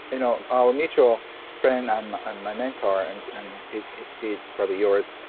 you know our mutual friend and ah my mentor, and he's probably yours,